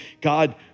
God